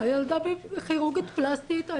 הילדה בכירורגיה פלסטית,